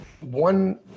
one